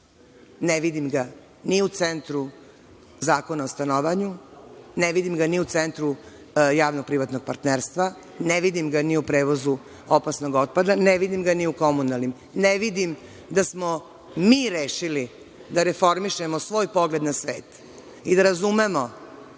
Ne vidim ga ni u centru Zakona o stanovanju, ne vidim ga ni u centru javno-privatnog partnerstva, ne vidim ga ni u prevozu opasnog otpada, ne vidim ga ni u komunalnim delatnostima. Ne vidim da smo mi rešili da reformišemo svoj pogled na svet i da razumemo